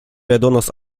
redonos